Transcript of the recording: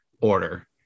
order